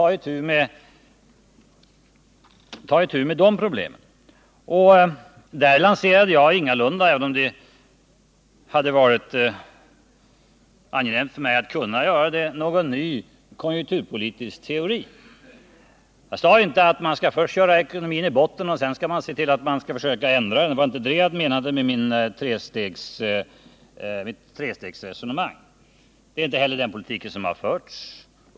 Där lanserade jag ingalunda — även om det hade varit angenämt för mig att kunna göra det — någon ny konjunkturpolitisk teori. Jag sade inte att man först skall köra ekonomin i botten och sedan försöka ändra på utvecklingen. Det var inte det jag menade med mitt trestegsresonemang. Det är inte heller den politiken som har förts.